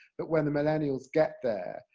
that when the millennials get there,